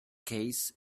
case